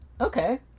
Okay